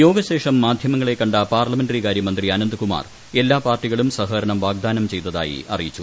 യോഗശേഷം മാധ്യമങ്ങളെ കണ്ട പാർലമെന്ററി കാര്യ മന്ത്രി അനന്ത്കുമാർ എല്ലാ പാർട്ടികളും സഹകരണം വാഗ്ദാനം ചെയ്തതായി അറിയിച്ചു